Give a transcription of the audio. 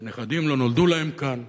ונכדים לא נולדו להם כאן.